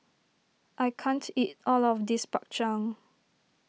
I can't eat all of this Bak Chang